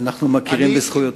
אנחנו מכירים בזכויותיך.